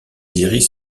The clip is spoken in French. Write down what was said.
iris